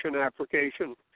application